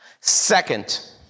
Second